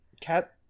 cat